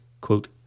quote